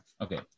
Okay